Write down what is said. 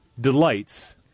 delights